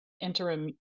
interim